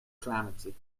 calamity